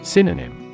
Synonym